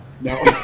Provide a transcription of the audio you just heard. No